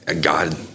God